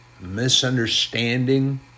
misunderstanding